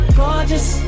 gorgeous